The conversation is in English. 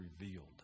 revealed